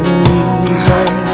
reason